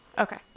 Okay